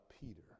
Peter